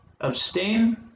Abstain